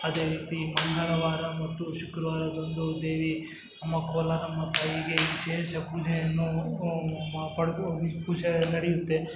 ಅದೇ ರೀತಿ ಮಂಗಳವಾರ ಮತ್ತು ಶುಕ್ರವಾರದಂದು ದೇವಿ ನಮ್ಮ ಕೋಲಾರಮ್ಮ ತಾಯಿಗೆ ವಿಶೇಷ ಪೂಜೆಯನ್ನು ಮ ಪಡ್ಕೊ ಪೂಜೆ ನಡೆಯುತ್ತೆ